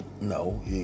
no